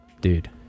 Dude